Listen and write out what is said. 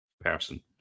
person